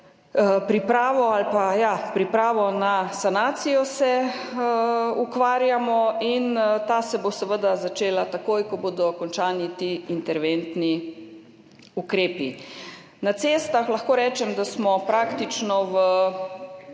tudi s pripravo na sanacijo se ukvarjamo in ta se bo seveda začela takoj, ko bodo končani ti interventni ukrepi. Na cestah, lahko rečem, smo praktično v